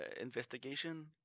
investigation